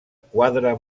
quadra